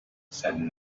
said